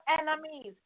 enemies